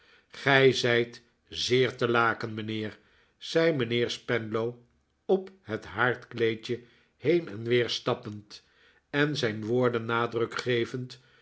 gij zijt zeer te laken mijnheer zei mijnheer spenlow op het haardkleedje heen en weer stappend en zijn woorden nadruk gevend